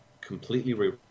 completely